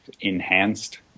enhanced